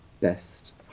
best